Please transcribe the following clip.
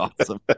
awesome